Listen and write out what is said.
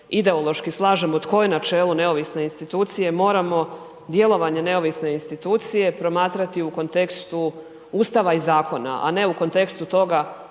ideološki slažemo, tko je na čelu neovisne institucije, moramo djelovanje neovisne institucije promatrati u kontekstu Ustava i zakona, a ne u kontekstu toga